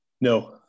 No